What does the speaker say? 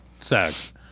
sex